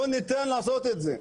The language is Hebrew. לא ניתן לעשות את זה,